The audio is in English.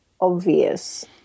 obvious